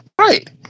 Right